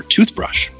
Toothbrush